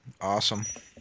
Awesome